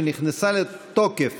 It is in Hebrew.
שנכנסה לתוקף